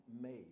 made